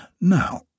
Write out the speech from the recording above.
Now